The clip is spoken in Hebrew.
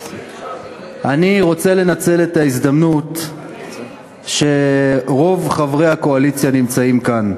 אני רוצה לנצל את ההזדמנות שרוב חברי הקואליציה נמצאים כאן.